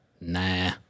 Nah